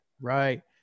Right